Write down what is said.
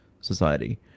society